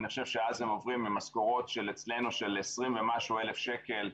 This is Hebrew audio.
אני חושב שאז הם עובדים עם משכרות אצלנו של עשרים ומשהו אלף שקל.